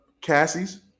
Cassie's